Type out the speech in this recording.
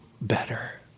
better